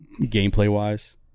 gameplay-wise